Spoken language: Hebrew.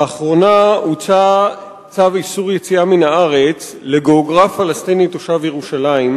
לאחרונה הוצא צו איסור יציאה מן הארץ לגיאוגרף פלסטיני תושב ירושלים,